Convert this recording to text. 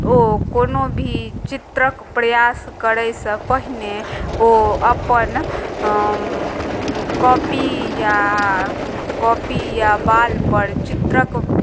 ओ कोनो भी चित्रक प्रयास करयसँ पहिने ओ अपन कॉपी या कॉपी या वालपर चित्रक